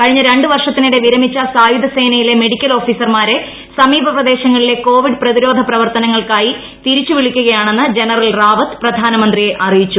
കഴിഞ്ഞ രണ്ട് വർഷത്തിനിടെ വിരമിച്ച സായുധ സേനയിലെ മെഡിക്കൽ ഓഫീസർമാരെ സമീപപ്രദേശങ്ങളിലെ കോവിഡ് പ്രതിരോധ പ്രവർത്തനങ്ങൾക്കായി തിരിച്ച് വിളിക്കുകയാണെന്ന് ജനറൽ റാവത്ത് പ്രധാനമന്ത്രിയെ അറിയിച്ചു